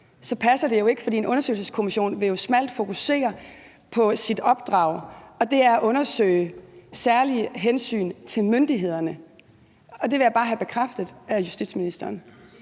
så passer det jo ikke, for en undersøgelseskommission vil smalt fokusere på sit opdrag, og det er at undersøge særlige hensyn til myndighederne, og det vil jeg bare have bekræftet af justitsministeren.